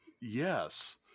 Yes